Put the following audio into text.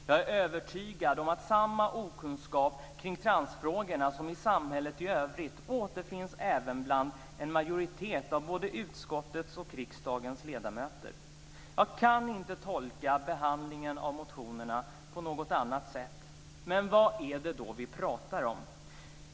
Jag är övertygad om att samma okunskap kring transfrågorna som finns i samhället i övrigt även återfinns bland en majoritet av både utskottets och riksdagens ledamöter. Jag kan inte tolka behandlingen av motionerna på något annat sätt. Vad är det då vi pratar om?